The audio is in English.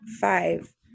five